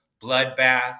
bloodbath